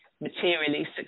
materially